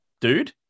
dude